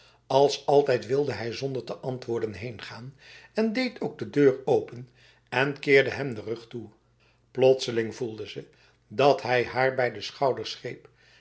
als altijd wilde zij zonder te antwoorden heengaan en deed ook de deur open en keerde hem de rug toe plotseling voelde ze dat hij haar bij de schouders